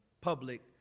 public